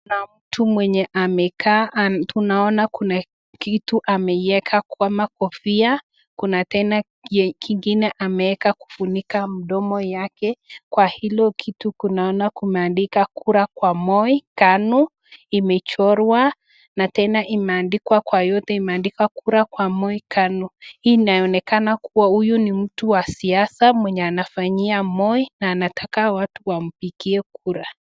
Kuna mtu amekaa. Tunaona Kuna kitu ameiweka kama kofia. Kuna tena ingene ameweka kufunika mndomo yake .kwa hilo kitu tunaweza Kunona piga kura kwa moi KANU . Imechorwana na Tena imeandikwa, na kwa yote imeandikwa kura kwa moi KANU . Hii inaonekana huyu ni mtu Wa saisa. Anafanyaia moi na anataka watu wapigie kura .